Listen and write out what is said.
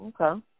Okay